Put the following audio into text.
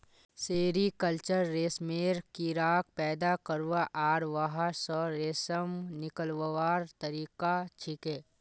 sericulture रेशमेर कीड़ाक पैदा करवा आर वहा स रेशम निकलव्वार तरिका छिके